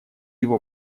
его